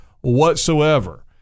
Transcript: whatsoever